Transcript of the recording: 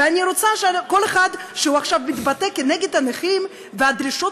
ואני רוצה שכל אחד שעכשיו מתבטא כנגד הנכים והדרישות